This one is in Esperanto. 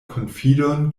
konfidon